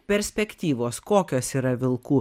perspektyvos kokios yra vilkų